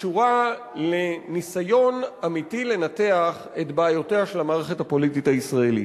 שקשורה לניסיון אמיתי לנתח את בעיותיה של המערכת הפוליטית הישראלית.